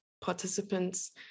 participants